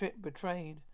betrayed